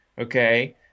okay